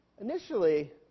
Initially